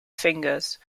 fingers